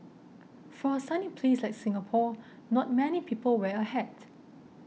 for a sunny place like Singapore not many people wear a hat